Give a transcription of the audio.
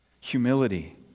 humility